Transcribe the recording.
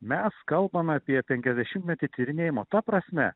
mes kalbam apie penkiasdešimtmetį tyrinėjimo ta prasme